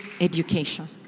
education